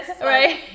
right